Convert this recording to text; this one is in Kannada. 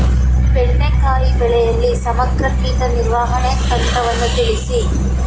ಬೆಂಡೆಕಾಯಿ ಬೆಳೆಯಲ್ಲಿ ಸಮಗ್ರ ಕೀಟ ನಿರ್ವಹಣೆ ತಂತ್ರವನ್ನು ತಿಳಿಸಿ?